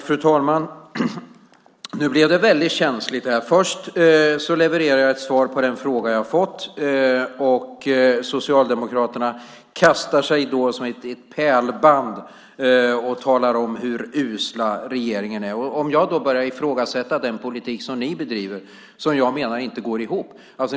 Fru talman! Nu blev det väldigt känsligt här. Först levererade jag ett svar på den fråga jag fått, och socialdemokraterna kastar sig då över mig som i ett pärlband och talar om hur usel regeringen är. Jag ifrågasätter då den politik som ni bedriver, som jag menar inte går ihop.